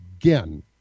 again